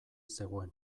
zegoen